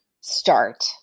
start